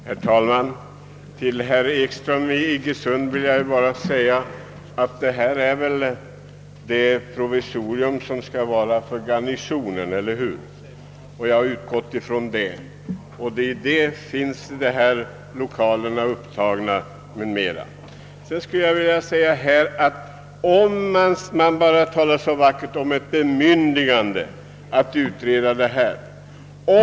Herr talman! Jag har utgått från att vi diskuterar provisoriet i kvarteret Garnisonen, eftersom det är där de nu berörda provisoriska lokalerna finns. Man talar så vackert om bemyndigande att utreda denna fråga.